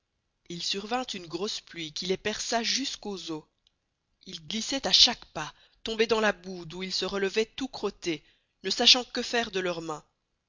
il survint une grosse pluye qui les perça jusqu'aux os ils glissoient à chaque pas et tomboient dans la boüe d'où ils se relevoient tout crottés ne sçachant que faire de leurs mains